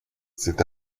cet